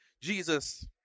Jesus